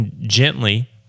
gently